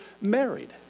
married